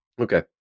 Okay